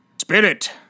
Spirit